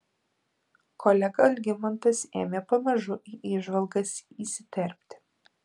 kolega algimantas ėmė pamažu į įžvalgas įsiterpti